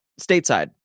stateside